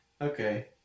Okay